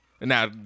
now